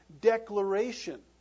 declaration